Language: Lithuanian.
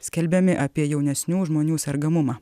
skelbiami apie jaunesnių žmonių sergamumą